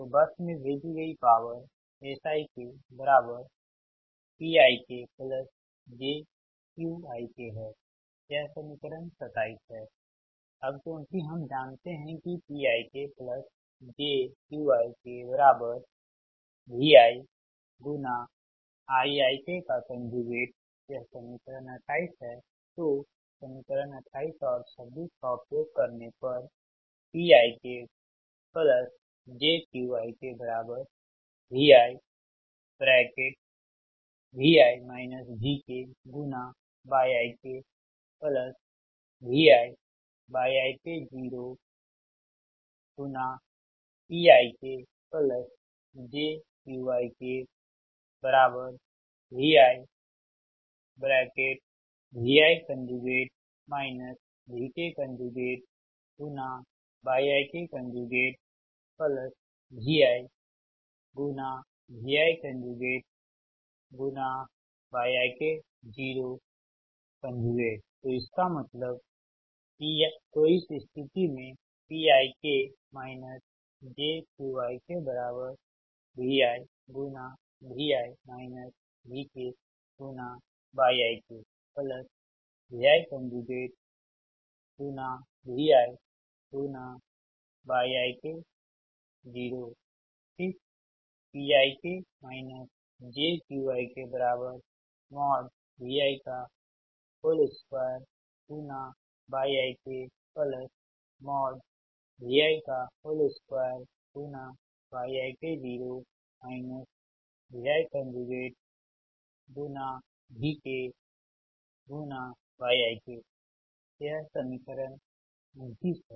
तो बस में भेजी गई पॉवर SikPikjQikहै यह समीकरण 27 है अब क्योंकि हम जानते हैं कि PikjQikViIikयह समीकरण 28 है तो समीकरण 28 और 26 का उपयोग करने पर PikjQikViyikViyiko PikjQikViVi VkyikViViतो इसका मतलब तो इस स्थिति में Pik jQikViyikViVi Pik jQikVi2yikVi2yiko ViVkyik यह समीकरण 29 है